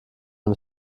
dem